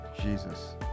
Jesus